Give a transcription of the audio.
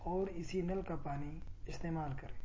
اور اسی نل کا پانی استعمال کریں